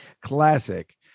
Classic